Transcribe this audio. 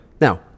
now